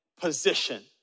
position